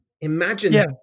Imagine